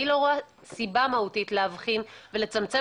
אני לא רואה סיבה מהותית להבחין ולצמצם